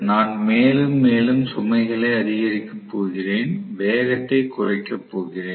நான் மேலும் மேலும் சுமைகளை அதிகரிக்கப் போகிறேன் வேகத்தை குறைக்கப் போகிறேன்